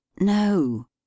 no